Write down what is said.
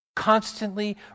constantly